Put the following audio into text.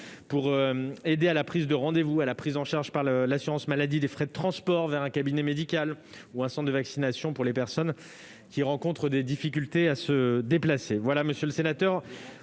pour aider à la prise de rendez-vous, prise en charge par l'assurance maladie des frais de transport vers un cabinet médical ou un centre de vaccination pour les personnes qui rencontrent des difficultés à se déplacer. Au total, monsieur le sénateur,